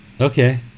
Okay